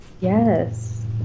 Yes